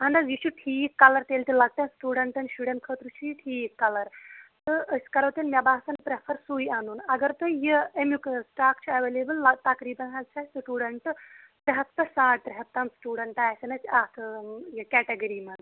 اہن حظ یہِ چھُ ٹھیٖک کَلَر تیٚلہِ تہِ لۄکٹٮ۪ن سِٹوٗڈنٹَن شُرٮ۪ن خٲطرٕ چھُ یہِ ٹھیٖک کَلَر تہٕ أسۍ کَرَو تیٚلہِ کٲم مےٚ باسان پرٮ۪فَر سُے اَنُن اگر تُہۍ یہِ اَمِیُٛک سٹاک چھُ ایویلیبٕل تَقریبن حظ چھُ اَسہِ سِٹوٗڈنٹہٕ ترٛےٚ ہَتھ پٮ۪ٹھ ساڈ ترٛےٚ ہَتھ تام سِٹوٗڈنٹ آسان اَسہِ اَکھ یہِ کیٹَگٔری مَنٛز